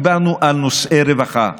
דיברנו על נושאי רווחה.